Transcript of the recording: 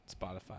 Spotify